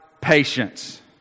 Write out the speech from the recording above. patience